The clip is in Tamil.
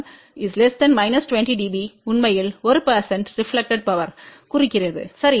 S11 20 dB உண்மையில் 1 ரெப்லக்டெட் பவர்யைக் குறிக்கிறது சரி